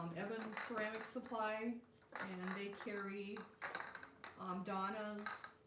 um evans ceramic supply and they carry um donnas